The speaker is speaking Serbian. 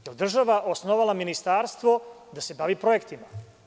Da li je država osnovala ministarstvo da se bavi projektima?